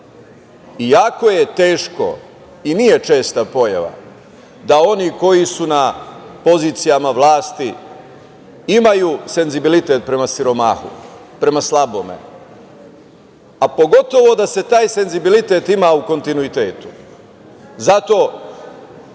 jako je teško i nije česta pojava da oni koji su na pozicijama vlasti imaju senzibilitet prema siromahu, prema slabome, a pogotovo da se taj senzibilitet ima u kontinuitetu. Zato